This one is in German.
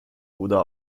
oder